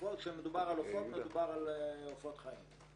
כשמדובר על עופות, מדובר על עופות חיים.